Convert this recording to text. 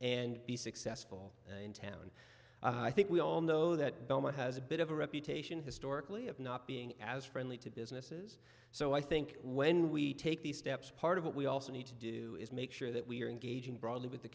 and be successful in town i think we all know that belmont has a bit of a reputation historically of not being as friendly to businesses so i think when we take these steps part of what we also need to do is make sure that we are engaging broadly with the